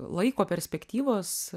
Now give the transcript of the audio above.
laiko perspektyvos